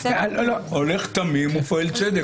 הולך תמים ופועל צדק.